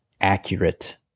accurate